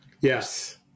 Yes